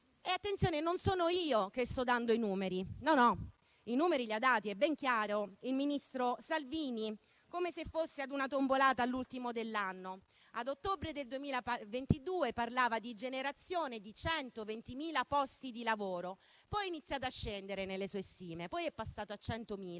1. Attenzione: non sono io che sto dando i numeri. No: i numeri li ha dati e ben chiari il ministro Salvini, come se fosse ad una tombolata dell'ultimo dell'anno. Ad ottobre 2022 parlava di generazione di 120.000 posti di lavoro; poi nelle sue stime è iniziato a scendere, passando a 100.000